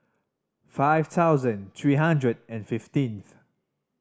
five thousand three hundred and fifteenth